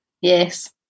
Yes